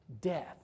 Death